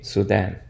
Sudan